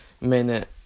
minute